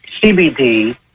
CBD